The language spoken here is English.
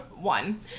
One